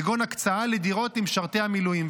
כגון הקצאה לדירות למשרתי המילואים,